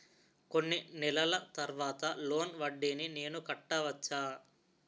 కొన్ని నెలల తర్వాత లోన్ వడ్డీని నేను కట్టవచ్చా?